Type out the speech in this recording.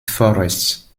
forests